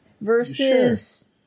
versus